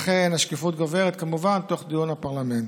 לכן, השקיפות גוברת, כמובן, תוך דיון הפרלמנט.